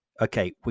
Okay